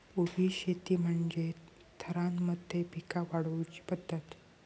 उभी शेती म्हणजे थरांमध्ये पिका वाढवुची पध्दत